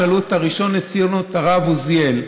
שאלו את הראשון לציון או את הרב עוזיאל.